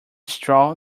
straw